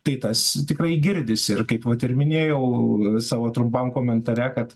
tai tas tikrai girdisi kaip vat ir minėjau savo trumpam komentare kad